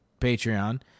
Patreon